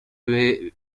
bihe